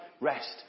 rest